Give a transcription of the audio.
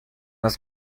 was